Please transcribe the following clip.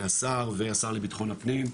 מהשר ומהשר לבטחון הפנים,